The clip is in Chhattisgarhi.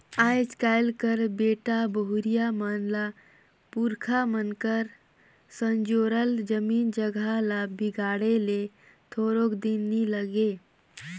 आएज काएल कर बेटा बहुरिया मन ल पुरखा मन कर संजोरल जमीन जगहा ल बिगाड़े ले थोरको दिन नी लागे